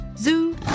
Zoo